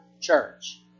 Church